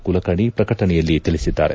ಕುಲಕರ್ಣಿ ಪ್ರಕಟಣೆಯಲ್ಲಿ ತಿಳಿಸಿದ್ದಾರೆ